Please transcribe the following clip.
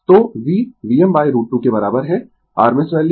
तो v Vm√ 2 के बराबर है rms वैल्यू